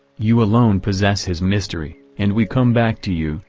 you alone possess his mystery, and we come back to you,